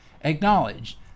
acknowledged